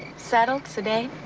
settled, sedate.